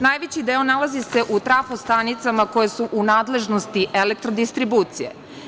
Najveći deo nalazi se u trafostanicama koje su u nadležnosti Elektrodistribucije.